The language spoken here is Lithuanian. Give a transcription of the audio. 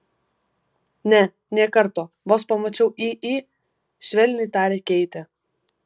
ne nė karto vos pamačiau į į švelniai tarė keitė